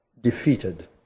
defeated